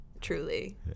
Truly